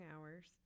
hours